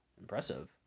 impressive